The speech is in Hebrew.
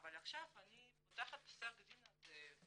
אבל עכשיו אני פותחת את פסק הדין הזה,